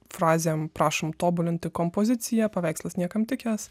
frazėm prašom tobulinti kompoziciją paveikslas niekam tikęs